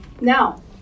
Now